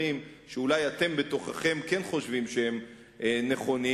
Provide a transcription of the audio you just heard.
שאולי אתם בתוככם כן חושבים שהם נכונים,